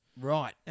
Right